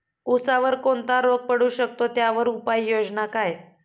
ऊसावर कोणता रोग पडू शकतो, त्यावर उपाययोजना काय?